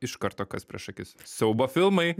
iš karto kas prieš akis siaubo filmai